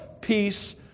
peace